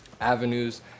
avenues